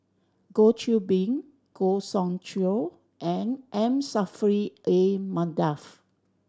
Goh Qiu Bin Goh Soon Tioe and M Saffri A Manaf